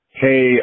Hey